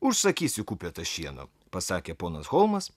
užsakysiu kupetą šieno pasakė ponas holmas